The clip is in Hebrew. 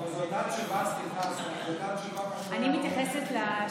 לא חשוב.